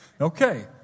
Okay